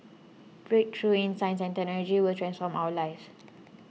breakthroughs in science and technology will transform our lives